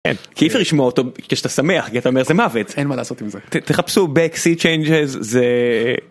אי אפשר לשמוע אותו כשאתה שמח אתה אומר זה מוות אין מה לעשות עם זה תחפשו בקסיט צ'יינג זה.